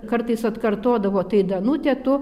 kartais atkartodavo tai danutė tu